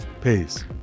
Peace